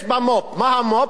יש בה מו"פ, מה המו"פ?